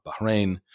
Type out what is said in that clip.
Bahrain